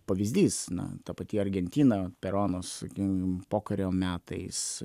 pavyzdys na ta pati argentina peronas sakykim pokario metais